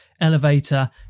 elevator